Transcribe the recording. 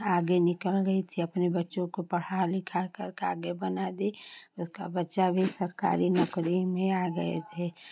आगे निकल गई थी अपने बच्चों को पढ़ा लिखा कर के आगे बना दी उसका बच्चा भी सरकारी नौकरी में आ गए थे